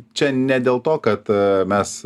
čia ne dėl to kad ee mes